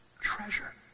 treasure